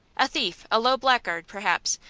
a thief, a low blackguard, perhaps,